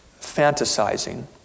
fantasizing